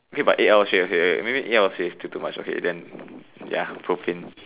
okay but eight hours straight okay maybe eight hours straight is still too much then ya poping